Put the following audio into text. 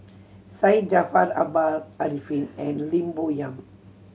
Syed Jaafar Albar Arifin and Lim Bo Yam